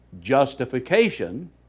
justification